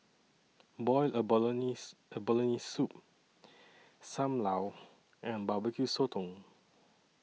boiled abalone Soup SAM Lau and Barbecue Sotong